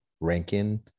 ranking